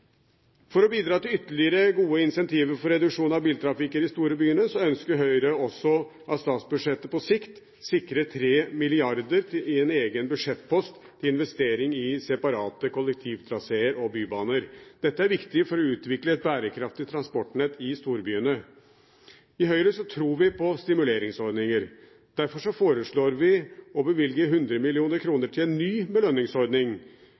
for å få ned bilbruken. For å bidra til ytterligere gode incentiver for reduksjon i biltrafikken i de store byene ønsker Høyre også at statsbudsjettet på sikt sikrer 3 mrd. kr i en egen budsjettpost til investering i separate kollektivtraseer og bybaner. Dette er viktig for å utvikle et bærekraftig transportnett i storbyene. I Høyre tror vi på stimuleringsordninger. Derfor foreslår vi å bevilge 100 mill. kr til en ny belønningsordning